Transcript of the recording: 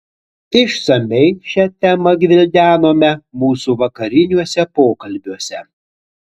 išsamiai šią temą gvildenome mūsų vakariniuose pokalbiuose